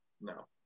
no